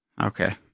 Okay